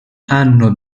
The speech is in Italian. hanno